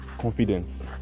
confidence